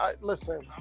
listen